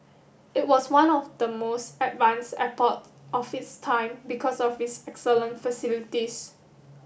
it was one of the most advanced airport of its time because of its excellent facilities